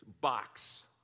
box